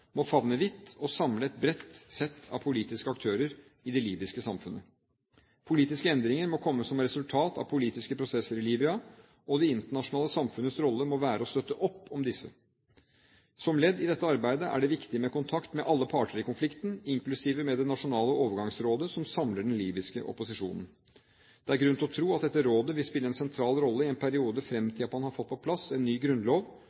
må favne vidt og samle et bredt sett av politiske aktører i det libyske samfunnet. Politiske endringer må komme som et resultat av politiske prosesser i Libya, og det internasjonale samfunnets rolle må være å støtte opp om disse. Som ledd i dette arbeidet er det viktig med kontakt med alle parter i konflikten, inklusiv med det nasjonale overgangsrådet som samler den libyske opposisjonen. Det er grunn til å tro at dette rådet vil spille en sentral rolle i en periode fram til man har fått på plass en ny grunnlov